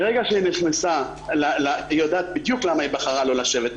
היא יודעת בדיוק למה היא בחרה לא לשבת כאן.